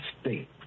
state